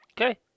Okay